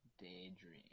daydream